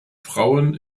frauen